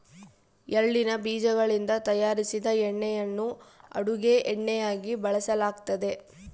ಎಳ್ಳಿನ ಬೀಜಗಳಿಂದ ತಯಾರಿಸಿದ ಎಣ್ಣೆಯನ್ನು ಅಡುಗೆ ಎಣ್ಣೆಯಾಗಿ ಬಳಸಲಾಗ್ತತೆ